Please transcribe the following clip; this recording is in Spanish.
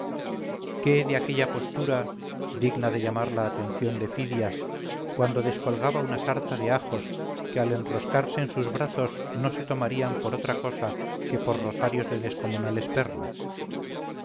la faltriquera olvidándose casi siempre de dar la vuelta qué de aquella postura digna de llamar la atención de fidias cuando descolgaba una sarta de ajos que al enroscarse en sus brazos no se tomarían por otra cosa que por rosarios de descomunales perlas